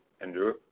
Andrew